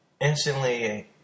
Instantly